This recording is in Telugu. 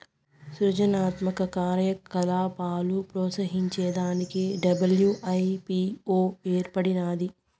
సృజనాత్మక కార్యకలాపాలు ప్రోత్సహించే దానికి డబ్ల్యూ.ఐ.పీ.వో ఏర్పడినాది